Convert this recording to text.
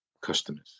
customers